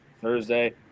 Thursday